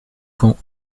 quand